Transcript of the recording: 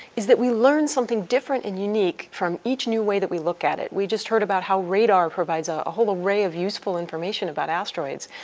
is that we learn something different and unique from each new way that we look at it. we just heard about how radar provides a ah whole array of useful information about asteroids.